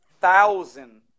thousand